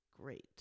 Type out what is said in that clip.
great